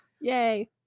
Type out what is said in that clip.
Yay